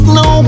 no